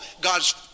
God's